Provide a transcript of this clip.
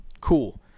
Cool